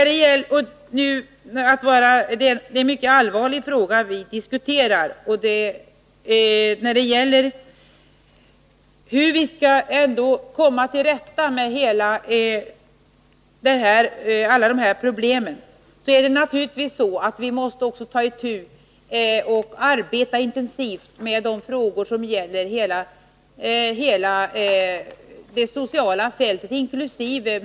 Det är en mycket allvarlig fråga vi diskuterar. Och när det gäller att komma till rätta med alla de här problemen måste vi naturligtvis också ta itu och arbeta intensivt med de frågor som gäller hela det sociala fältet, inkl.